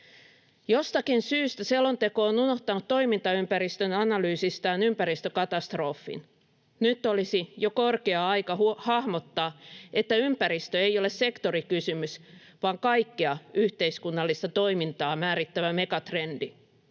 Jostakin syystä selonteko on unohtanut toimintaympäristön analyysistään ympäristökatastrofin. Nyt olisi jo korkea aika hahmottaa, että ympäristö ei ole sektorikysymys vaan kaikkea yhteiskunnallista toimintaa määrittävä megatrendi.